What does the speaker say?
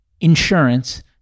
insurance